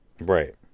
Right